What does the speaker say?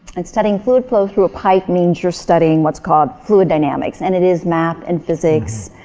and studying fluid flow through a pipe means you're studying what's called fluid dynamics and it is math and physics,